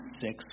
six